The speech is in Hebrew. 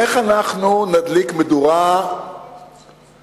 איך אנחנו נדליק מדורה השבוע?